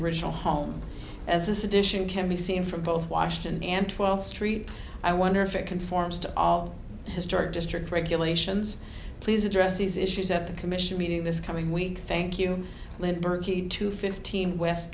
original home as this addition can be seen from both washington and twelfth street i wonder if it conforms to all historic district regulations please address these issues at the commission meeting this coming week thank you live to fifteen west